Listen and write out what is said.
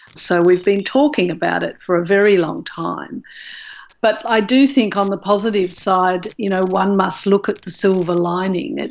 so we've been talking about it for a very long time but i do think on the positive side, you know, one must look at the silver lining.